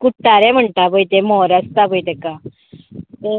कुट्टारे म्हणटा पळय मोर आसता पळय तेका